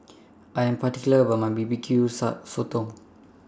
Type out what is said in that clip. I Am particular about My B B Q Sotong